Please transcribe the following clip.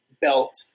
belt